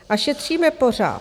A šetříme pořád.